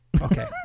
Okay